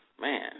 Man